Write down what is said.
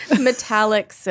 Metallic